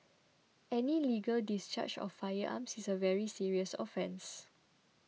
any illegal discharge of firearms is a very serious offence